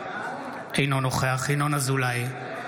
אינו נוכח ינון אזולאי,